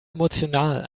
emotional